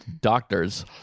doctors